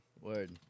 Word